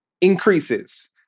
increases